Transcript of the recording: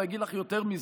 ואגיד לך יותר מזה.